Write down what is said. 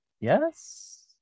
Yes